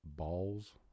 balls